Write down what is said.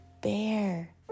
bear